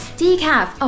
decaf